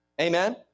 Amen